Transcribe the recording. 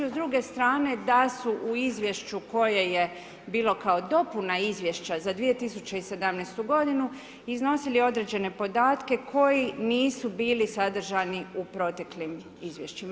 S druge strane da su u izvješću koje je bilo kao dopuna izvješća za 2017. godinu iznosili određene podatke koji nisu bili sadržani u proteklim izvješćima.